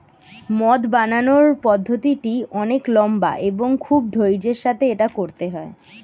মদ বানানোর পদ্ধতিটি অনেক লম্বা এবং খুব ধৈর্য্যের সাথে এটা করতে হয়